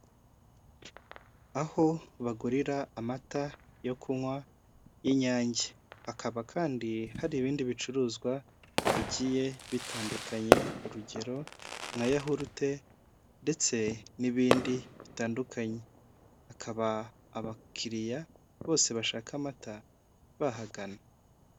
Aho bagurira amata yo kunywa y'inyange. Hakaba kandi hari ibindi bicuruzwa bigiye bitandukanye, urugero nka yahurute ndetse n'ibindi bitandukanye. Akaba abakiriya bose bashaka amata bahagana.